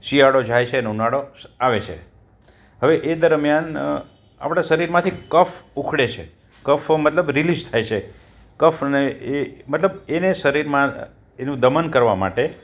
શિયાળો જાય છેને ઉનાળો આવે છે હવે એ દરમ્યાન આપણે શરીરમાંથી કફ ઊખડે છે કફો મતલબ રિલીસ થાય છે કફને એ મતલબ એને શરીરમાં એનું દમન કરવા માટે